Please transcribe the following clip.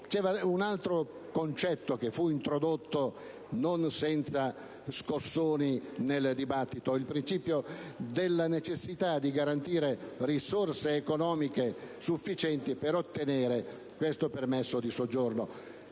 poi un altro concetto che fu introdotto, non senza scossoni, nel dibattito, vale a dire la necessità di garantire risorse economiche sufficienti per ottenere il permesso di soggiorno.